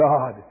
God